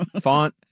font